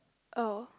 oh